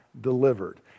delivered